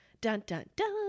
Dun-dun-dun